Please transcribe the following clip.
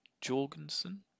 Jorgensen